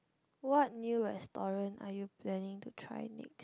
what new restaurant are you planning to try next